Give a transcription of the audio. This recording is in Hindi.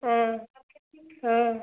हाँ हाँ